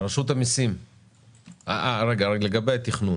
לגבי התכנון